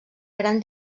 gran